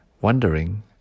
wondering